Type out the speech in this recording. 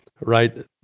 right